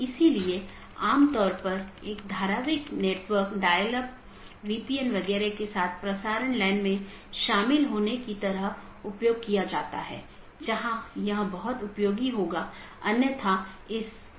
इसलिए आप देखते हैं कि एक BGP राउटर या सहकर्मी डिवाइस के साथ कनेक्शन होता है यह अधिसूचित किया जाता है और फिर कनेक्शन बंद कर दिया जाता है और अंत में सभी संसाधन छोड़ दिए जाते हैं